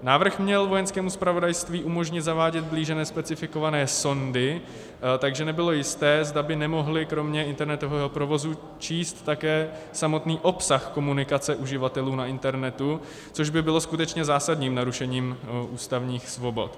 Návrh měl Vojenskému zpravodajství umožnit blíže nespecifikované sondy, takže nebylo jisté, zda by nemohly kromě internetového provozu číst také samotný obsah komunikace uživatelů na internetu, což by bylo skutečně zásadním narušením ústavních svobod.